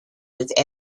with